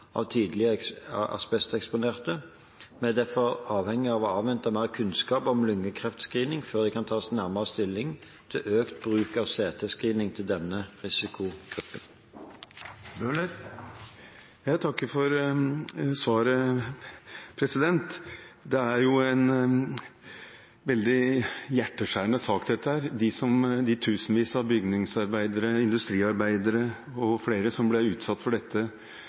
asbesteksponerte. Vi er derfor avhengig av å avvente mer kunnskap om lungekreftscreening før det kan tas nærmere stilling til økt bruk av CT-screening i denne risikogruppen. Jeg takker for svaret. Det er jo en veldig hjerteskjærende sak, dette. De tusenvis av bygningsarbeidere, industriarbeidere og flere andre som ble utsatt for dette